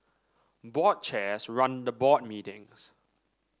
board chairs run the board meetings